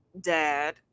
dad